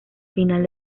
final